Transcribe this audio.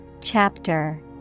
Chapter